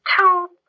Two